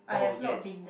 oh yes